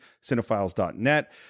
cinephiles.net